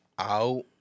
out